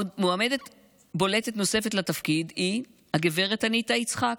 מועמדת בולטת נוספת לתפקיד היא גב' אניטה יצחק.